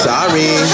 Sorry